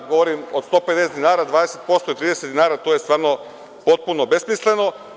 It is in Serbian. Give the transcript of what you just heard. Govorim o 150 dinara, 20% je 30 dinara, to je stvarno potpuno besmisleno.